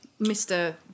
mr